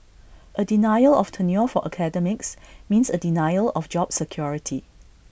A denial of tenure for academics means A denial of job security